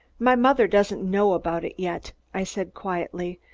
my mother doesn't know about it yet, i said quietly.